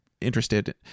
interested